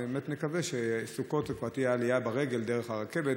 ובאמת נקווה שבסוכות כבר תהיה עלייה ברגל דרך הרכבת.